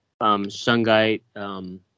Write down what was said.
Shungite